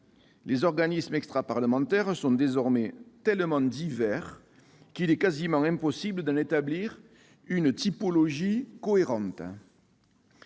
Les organismes extraparlementaires sont désormais tellement divers qu'il est quasi impossible d'en établir une typologie cohérente.